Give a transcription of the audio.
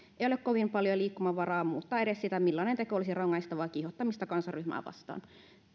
ei ole kovin paljon liikkumavaraa muuttaa edes sitä millainen teko olisi rangaistavaa kiihottamista kansanryhmää vastaan